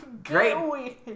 Great